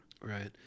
Right